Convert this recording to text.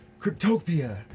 Cryptopia